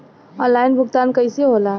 Online भुगतान कईसे होला?